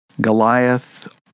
Goliath